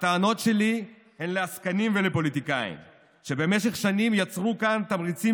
הטענות שלי הן לעסקנים ולפוליטיקאים שבמשך שנים יצרו כאן תמריצים